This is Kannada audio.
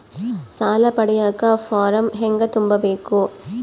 ಸಾಲ ಪಡಿಯಕ ಫಾರಂ ಹೆಂಗ ತುಂಬಬೇಕು?